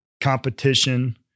competition